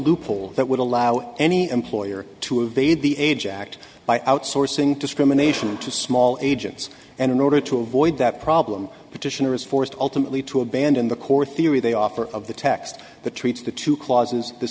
loophole that would allow any employer to evade the age act by outsourcing discrimination to small agents and in order to avoid that problem petitioner is forced ultimately to abandon the core theory they offer of the text that treats the two clauses the